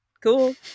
cool